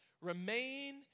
remain